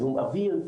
זיהום אוויר,